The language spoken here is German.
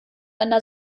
einer